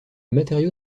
matériau